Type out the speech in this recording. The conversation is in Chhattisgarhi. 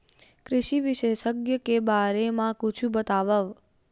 कृषि विशेषज्ञ के बारे मा कुछु बतावव?